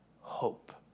hope